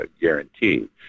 guarantee